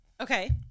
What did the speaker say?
Okay